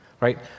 Right